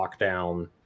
lockdown